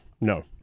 no